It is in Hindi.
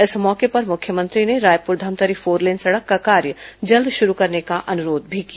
इस मौके पर मुख्यमंत्री ने रायपुर धमतरी फोरलेन सड़क का कार्य जल्द शुरू करने का अनुरोध भी किया